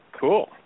Cool